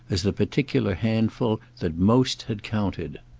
as the particular handful that most had counted.